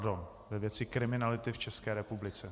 Pardon, ve věci kriminality v České republice.